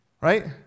Right